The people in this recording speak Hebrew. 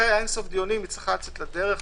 אחרי אין סוף דיונים היא צריכה לצאת לדרך,